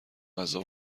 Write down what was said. غذا